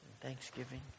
thanksgiving